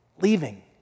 leaving